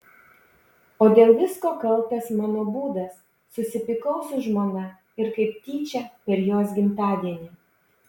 o dėl visko kaltas mano būdas susipykau su žmona ir kaip tyčia per jos gimtadienį